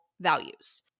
values